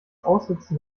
aussitzen